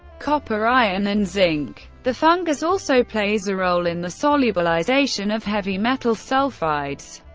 copper iron and zinc. the fungus also plays a role in the solubilization of heavy metal sulfides.